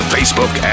Facebook